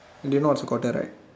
do you know what's a quarter right